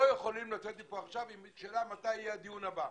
לא יכולים לצאת מפה עכשיו עם השאלה מתי יהיה הדיון הבא.